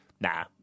Nah